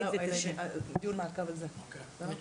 כבוד